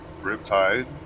Riptide